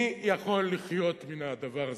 מי יכול לחיות מזה?